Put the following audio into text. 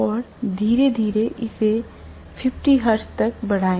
और धीरे धीरे इसे 50 हर्ट्ज तक बढ़ाएं